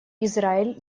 израиль